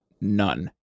none